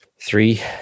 Three